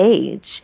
age